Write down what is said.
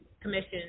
Commission